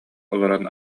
олорон